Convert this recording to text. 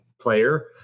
player